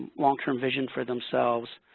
long-term vision for themselves.